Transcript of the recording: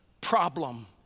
problem